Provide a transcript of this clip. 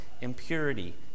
impurity